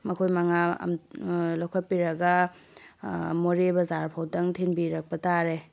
ꯃꯈꯣꯏ ꯃꯉꯥ ꯂꯧꯈꯠꯄꯤꯔꯒ ꯃꯣꯔꯦ ꯕꯖꯥꯔ ꯐꯥꯎꯕꯗꯪ ꯊꯤꯟꯕꯤꯔꯛꯄ ꯇꯥꯔꯦ